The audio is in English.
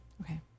Okay